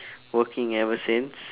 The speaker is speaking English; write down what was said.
working ever since